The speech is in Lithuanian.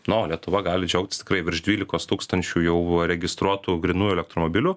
na o lietuva gali džiaugtis tikrai virš dvylikos tūkstančių jau buvo registruotų grynųjų elektromobilių